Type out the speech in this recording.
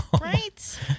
Right